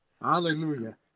hallelujah